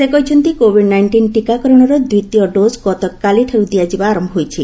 ସେ କହିଛନ୍ତି Covid nineteen ଟିକାକରଣର ଦ୍ୱିତୀୟ ଡୋଜ୍ ଗତକାଲିଠାର୍ ଦିଆଯିବା ଆରମ୍ଭ ହୋଇଛି